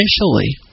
initially